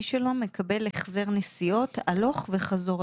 שלו מקבל החזר נסיעות הלוך וחזור,